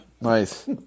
Nice